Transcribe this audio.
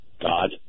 God